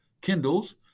Kindles